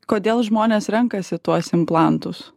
kodėl žmonės renkasi tuos implantus